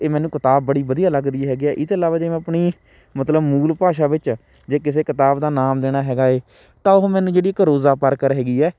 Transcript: ਇਹ ਮੈਨੂੰ ਕਿਤਾਬ ਬੜੀ ਵਧੀਆ ਲੱਗਦੀ ਹੈਗੀ ਹੈ ਇਹਤੇ ਇਲਾਵਾ ਜੇ ਮੈਂ ਆਪਣੀ ਮਤਲਬ ਮੂਲ ਭਾਸ਼ਾ ਵਿੱਚ ਜੇ ਕਿਸੇ ਕਿਤਾਬ ਦਾ ਨਾਮ ਲੈਣਾ ਹੈਗਾ ਹੈ ਤਾਂ ਉਹ ਮੈਨੂੰ ਜਿਹੜੀ ਇੱਕ ਰੋਜ਼ਾ ਪਾਰਕਰ ਹੈਗੀ ਹੈ